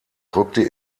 rückte